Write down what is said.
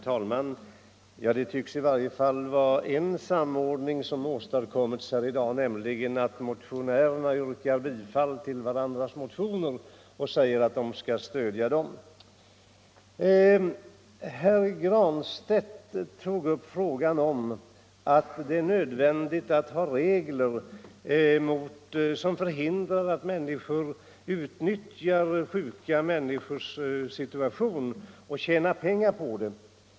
Herr talman! Det tycks i varje fall vara en samordning som åstadkommits här i dag, nämligen att motionärerna yrkar bifall till varandras motioner. Herr Granstedt framhöll att det är nödvändigt att ha regler som förhindrar att människor utnyttjar sjuka personers situation och tjänar pengar på den.